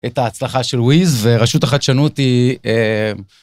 את ההצלחה של wizz, ורשות החדשנות היא...